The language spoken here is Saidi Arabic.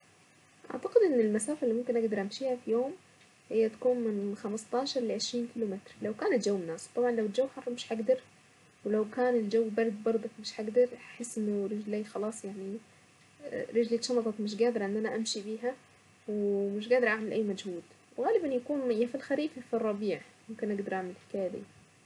اعتقد ان المسافة اللي ممكن اقدر امشيها في يوم هي تكون من خمس عشر لعشرين كيلو متر لو كان الجو مناسب طبعا لو الجو حر مش هقدر ولو كان الجو برد بردك مش هقدر هحس انه رجلي خلاص يعني رجلي تعبت مش قادرة ان انا امشي بها ومش قادرة اعمل اي مجهود وغالبا يكون في الخريف ممكن اقدر.